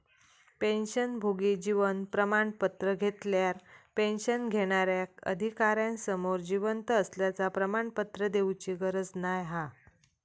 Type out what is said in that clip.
पेंशनभोगी जीवन प्रमाण पत्र घेतल्यार पेंशन घेणार्याक अधिकार्यासमोर जिवंत असल्याचा प्रमाणपत्र देउची गरज नाय हा